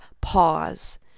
pause